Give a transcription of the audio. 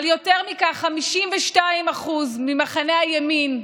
אבל יותר מכך, 52% ממחנה הימין,